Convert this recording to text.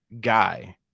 guy